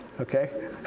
okay